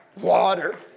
water